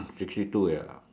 sixty two ya